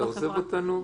יואב, אתה עוזב אותנו?